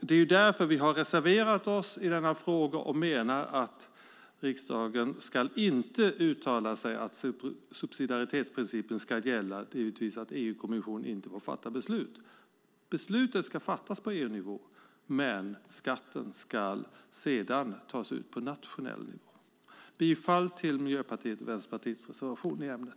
Därför har vi reserverat oss i denna fråga och menar att riksdagen inte ska uttala att subsidiaritetsprincipen ska gälla, det vill säga att EU-kommissionen inte får fatta beslut. Beslutet ska fattas på EU-nivå, men skatten ska tas ut på nationell nivå. Jag yrkar bifall till Miljöpartiets och Vänsterpartiets reservation i ärendet.